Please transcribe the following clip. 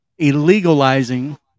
illegalizing